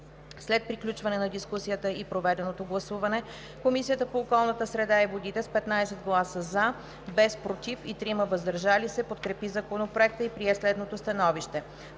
След приключване на дискусията и проведеното гласуване Комисията по околната среда и водите с 15 гласа „за“, без „против“ и 3 „въздържал се“ подкрепи Законопроекта и прие следното становище: